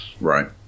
Right